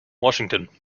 washington